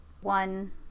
one